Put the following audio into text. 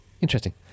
Interesting